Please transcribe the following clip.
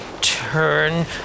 turn